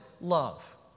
love